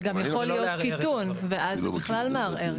זה גם יכול להיות קיטון ואז זה בכלל מערער.